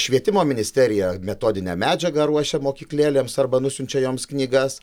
švietimo ministerija metodinę medžiagą ruošia mokyklėlėms arba nusiunčia joms knygas